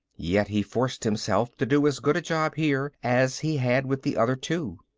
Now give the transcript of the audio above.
yet he forced himself to do as good a job here as he had with the other two.